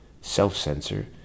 self-censor